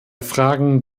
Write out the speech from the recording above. fragen